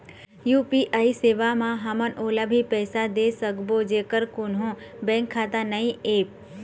UPI सेवा म हमन ओला भी पैसा दे सकबो जेकर कोन्हो बैंक खाता नई ऐप?